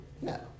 No